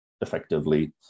effectively